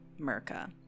Merca